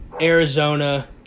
Arizona